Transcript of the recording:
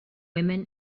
women